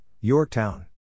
Yorktown